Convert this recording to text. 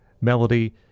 melody